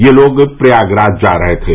ये लोग प्रयागराज जा रहे थे